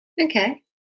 Okay